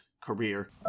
career